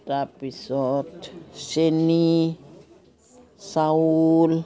তাৰপিছত চেনি চাউল